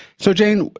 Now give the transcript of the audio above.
so jane,